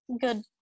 good